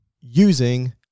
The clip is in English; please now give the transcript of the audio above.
using